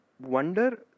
wonder